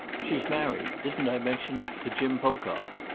she's married didn't i mention it to jim pocock.